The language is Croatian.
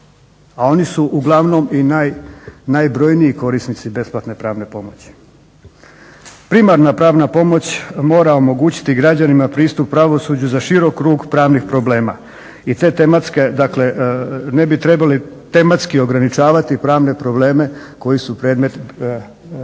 a oni su uglavnom i najbrojniji korisnici besplatne pravne pomoći. Primarna pravna pomoć mora omogućiti građanima pristup pravosuđu za širok krug pravnih problema i te tematske, dakle ne bi trebali tematski ograničavati pravne probleme koji su predmet